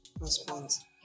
response